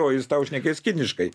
o jis tau šnekės kiniškai